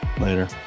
Later